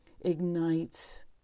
ignites